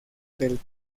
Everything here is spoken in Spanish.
del